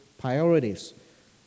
priorities